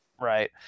Right